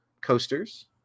Coasters